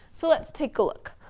so let's take a look.